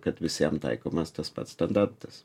kad visiem taikomas tas pats standartas